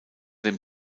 dem